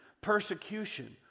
persecution